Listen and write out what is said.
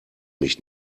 mich